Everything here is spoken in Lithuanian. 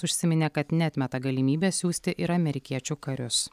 užsiminė kad neatmeta galimybės siųsti ir amerikiečių karius